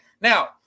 now